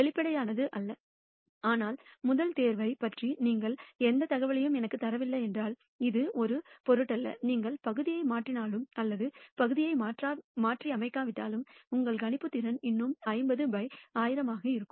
வெளிப்படையானது அல்ல ஆனால் முதல் தேர்வைப் பற்றி நீங்கள் எந்த தகவலையும் எனக்குத் தரவில்லை என்றால் அது ஒரு பொருட்டல்ல நீங்கள் பகுதியை மாற்றினாலும் அல்லது பகுதியை மாற்றியமைக்காவிட்டாலும் உங்கள் கணிப்புத்திறன் இன்னும் 50 by 1000 ஆக இருக்கும்